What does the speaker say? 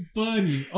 funny